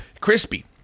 Crispy